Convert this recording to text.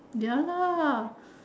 ya lah